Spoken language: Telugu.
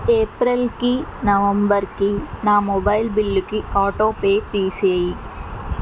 ఏప్రెల్కి నవంబర్కి నా మొబైల్ బిల్లుకి ఆటోపే తీసేయి